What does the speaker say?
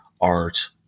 art